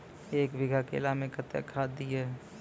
एक बीघा केला मैं कत्तेक खाद दिये?